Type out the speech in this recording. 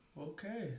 Okay